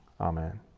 amen